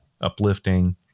uplifting